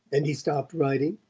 and he stopped writing?